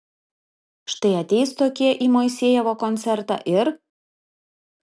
štai ateis tokie į moisejevo koncertą ir